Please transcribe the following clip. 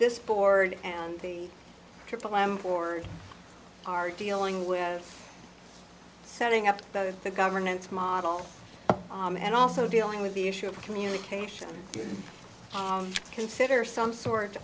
this board and the triple m board are dealing with setting up the governance model and also dealing with the issue of communication consider some sort